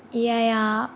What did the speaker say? ए आइ आ